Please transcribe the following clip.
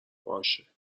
باشه